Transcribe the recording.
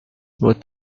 what